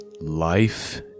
life